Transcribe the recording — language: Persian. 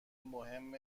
مهم